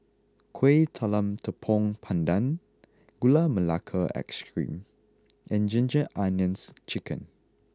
Kueh Talam Tepong Pandan Gula Melaka Ice Cream and Ginger Onions Chicken